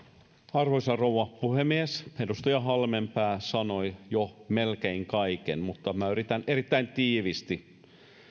arvoisa rouva puhemies edustaja halmeenpää sanoi jo melkein kaiken mutta yritän erittäin tiiviisti